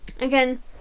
Again